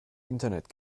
internet